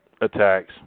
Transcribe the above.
attacks